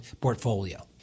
portfolio